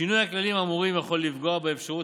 שינוי הכללים האמורים יכול לפגוע באפשרות